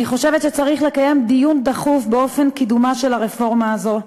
אני חושבת שצריך לקיים דיון דחוף באופן קידומה של הרפורמה הזו,